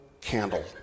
candle